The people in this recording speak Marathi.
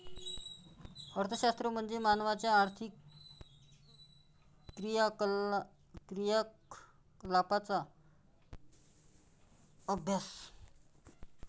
अर्थशास्त्र म्हणजे मानवाच्या आर्थिक क्रियाकलापांचा अभ्यास